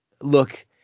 Look